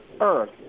earth